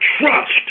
trust